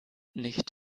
nicht